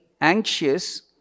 anxious